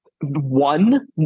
One